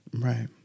right